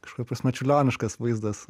kažkuria prasme čiurlioniškas vaizdas